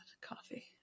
Coffee